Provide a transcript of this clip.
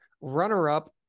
runner-up